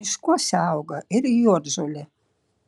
miškuose auga ir juodžolė